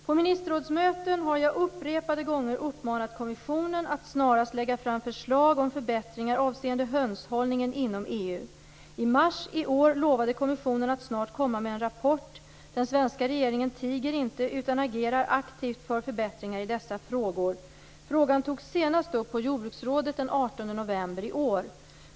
På ministerrådsmöten har jag upprepade gånger uppmanat kommissionen att snarast lägga fram förslag om förbättringar avseende hönshållningen inom EU. I mars i år lovade kommissionen att snart komma med en rapport. Den svenska regeringen tiger inte utan agerar aktivt för förbättringar i dessa frågor. Frågan togs senast upp på jordbruksrådet den 18 november i år.